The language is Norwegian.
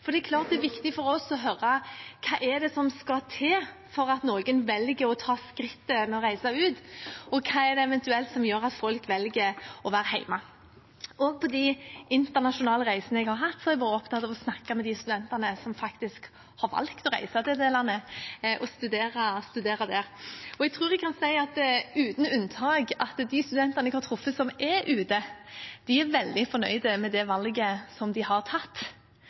for det er klart det er viktig for oss å høre hva det er som skal til for at noen velger å ta skrittet og reise ut, og hva det eventuelt er som gjør at folk velger å være hjemme. Også på de internasjonale reisene jeg har hatt, har jeg vært opptatt av å snakke med de studentene som faktisk har valgt å reise til det landet og studere der. Jeg tror jeg kan si at uten unntak er de studentene jeg har truffet ute, veldig fornøyd med det valget de har tatt,